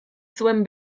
zuen